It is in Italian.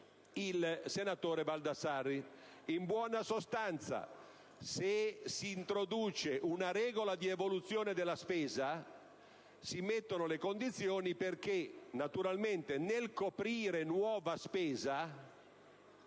il senatore Baldassarri.